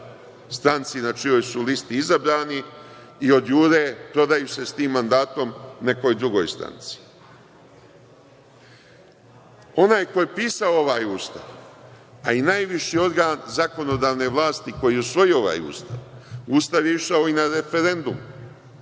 stranci na čijoj su listi izabrani i odjure, prodaju se, sa tim mandatom, nekoj drugoj stranci. Onaj ko je pisao ovaj Ustav, a i najviši organ zakonodavne vlasti koji je usvoji ovaj Ustav, Ustav je išao i na referendum,